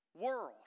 world